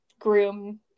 groom